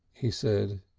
he said,